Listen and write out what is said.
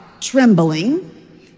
trembling